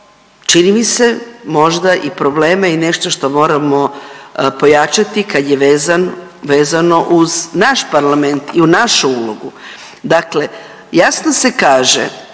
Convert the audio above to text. čini mi se možda i problema i nešto što moramo pojačati kad je vezan, vezano uz naš parlament i u našu ulogu. Dakle, jasno se kaže